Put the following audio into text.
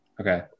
okay